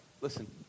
listen